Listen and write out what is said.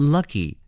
Lucky